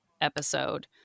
episode